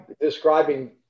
describing